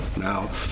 Now